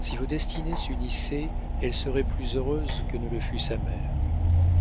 si vos destinées s'unissaient elle serait plus heureuse que ne le fut sa mère